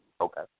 Okay